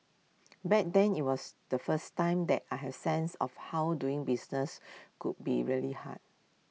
back then IT was the first time that I had sense of how doing business could be really hard